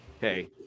Hey